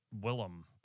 Willem